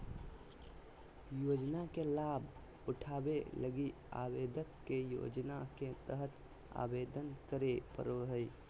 योजना के लाभ उठावे लगी आवेदक के योजना के तहत आवेदन करे पड़ो हइ